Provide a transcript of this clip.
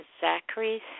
Zachary